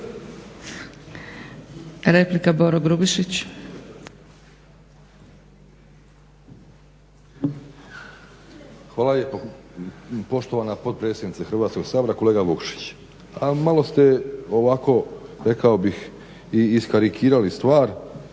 Hvala lijepo poštovana potpredsjednice Hrvatskog sabora. Kolega Vukšić, malo ste ovako rekao bih i iskarikirali stvar